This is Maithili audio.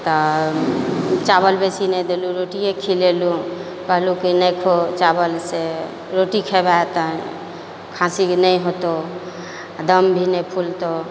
तऽ चावल बेसी नहि देलहुँ रोटिए खिलेलहुँ कहलहुँ कि नहि खो चावल से रोटी खेमे तऽ खाँसी नहि होतौ आ दम भी नहि फुलतहु